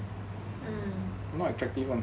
mm